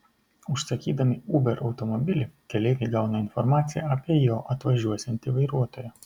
užsakydami uber automobilį keleiviai gauna informaciją apie jo atvažiuosiantį vairuotoją